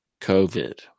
COVID